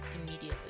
immediately